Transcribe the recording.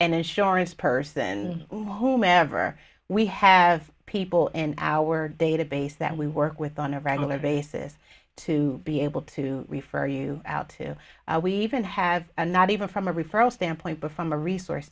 and insurance person home ever we have people in our database that we work with on a regular basis to be able to refer you out to we even have a not even from a referral standpoint but from a resource